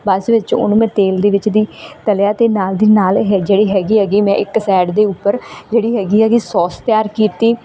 ਵਿੱਚ ਉਹਨੂੰ ਮੈਂ ਤੇਲ ਦੇ ਵਿੱਚ ਦੀ ਤਲਿਆ ਅਤੇ ਨਾਲ ਦੀ ਨਾਲ ਇਹ ਜਿਹੜੀ ਹੈਗੀ ਐਗੇ ਮੈਂ ਇੱਕ ਸਾਈਡ ਦੇ ਉੱਪਰ ਜਿਹੜੀ ਹੈਗੀ ਹੈਗੀ ਸੋਸ ਤਿਆਰ ਕੀਤੀ